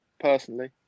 personally